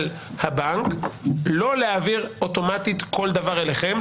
הבנק לא להעביר אוטומטית כל דבר אליכם,